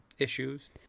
issues